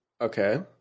Okay